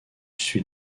suit